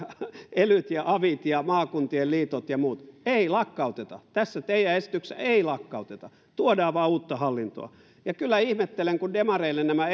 elyt ja avit ja maakuntien liitot ja muut ei lakkauteta tässä teidän esityksessänne ei lakkauteta tuodaan vaan uutta hallintoa ja kyllä ihmettelen kun demareille nämä